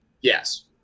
Yes